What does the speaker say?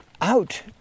out